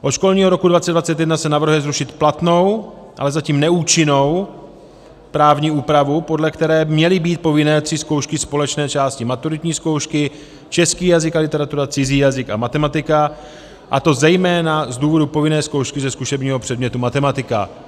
Od školního roku 2020/2021 se navrhuje zrušit platnou, ale zatím neúčinnou právní úpravu, podle které měly být povinné tři zkoušky společné části maturitní zkoušky: český jazyk a literatura, cizí jazyk a matematika, a to zejména z důvodu povinné zkoušky ze zkušebního předmětu matematika.